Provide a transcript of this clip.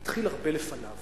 התחיל הרבה לפניו.